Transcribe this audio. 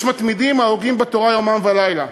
יש מתמידים ההוגים בתורה יומם ולילה.